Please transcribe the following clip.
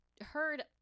heard